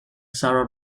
sarah